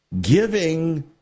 giving